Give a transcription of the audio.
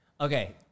Okay